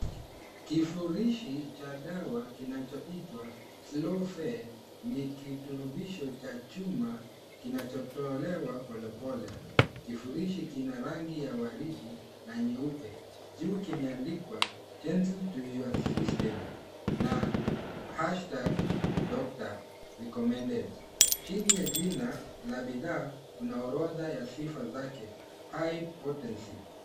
Kifurishi cha dawa kinachoitwa Slow Fair ni kiturubisho cha chuma kinachotolewa polepole. Kifurishi kina rangi ya waridi na nyeupe. Juu kimeandikwa, Gentle to your system Na hashtag Doctor Recommended .Chini ya jina la bidhaa kuna orodha ya sifa zake. High potency .